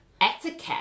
etiquette